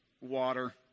water